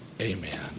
Amen